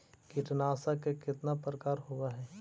कीटनाशक के कितना प्रकार होव हइ?